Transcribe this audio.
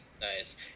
nice